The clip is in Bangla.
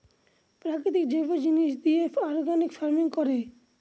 প্রাকৃতিক জৈব জিনিস দিয়ে অর্গানিক ফার্মিং করে